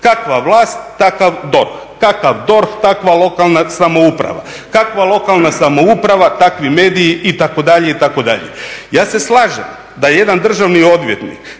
kakva vlast takav DORH, kakav DORH takva lokalna samouprava, kakva lokalna samouprava takvi mediji itd., itd. Ja se slažem da jedan državni odvjetnik